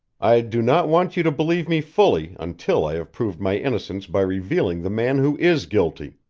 i do not want you to believe me fully until i have proved my innocence by revealing the man who is guilty.